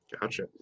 Gotcha